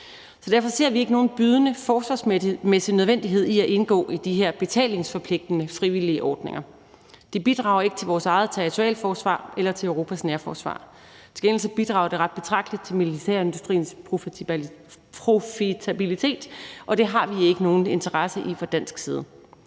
Så derfor ser vi ikke, at der er nogen bydende forsvarsmæssig nødvendighed i at indgå i de her betalingsforpligtende frivillige ordninger. Det bidrager ikke til vores eget territorialforsvar eller til Europas nærforsvar. Til gengæld bidrager det ret betragteligt til militærindustriens profitabilitet, og det har vi ikke nogen interesse i fra dansk side.